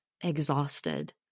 exhausted